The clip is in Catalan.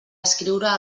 escriure